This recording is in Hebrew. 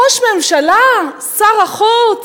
ראש ממשלה, שר החוץ.